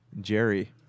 Jerry